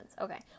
Okay